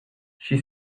she